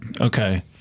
Okay